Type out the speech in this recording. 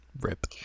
Rip